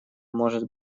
может